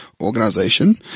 organization